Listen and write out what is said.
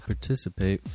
Participate